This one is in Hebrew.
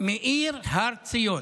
מאיר הר-ציון.